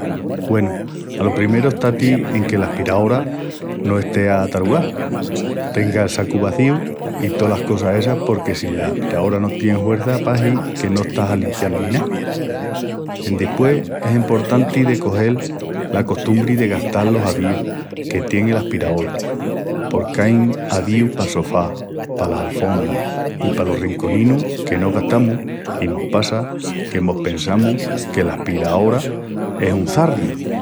Güenu, alo primeru esta-ti enque l'aspiraora no estea atarugá, tenga el sacu vazíu i tolas cosas essas porque si la aspiraora no tien huerça pahi que no estás a limpial ni ná. Endispués es emportanti el cogel la costumbri de gastal los avíus que tien el aspiraol porqu'ain avíus pal sofá, palas alfombras i palos rinconinus que no gastamus i mos passa que mos pensamus que l'aspiraora es un çarriu.